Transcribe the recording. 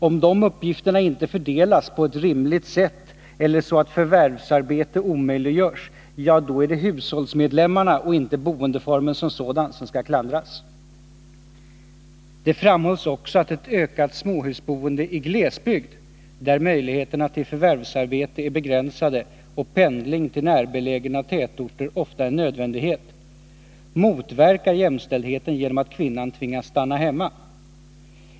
Om de uppgifterna inte fördelas på ett rimligt sätt eller så att förvärvsarbete omöjliggörs — ja, då är det hushållsmedlemmarna och inte boendeformen som sådan som skall klandras. Det framhålls också att ett ökat småhusboende i glesbygd, där möjligheterna till förvärvsarbete är begränsade och pendling till närbelägna tätorter ofta är en nödvändighet, motverkar jämställdheten genom att kvinnan tvingas stanna hemma.